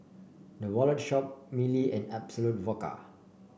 The Wallet Shop Mili and Absolut Vodka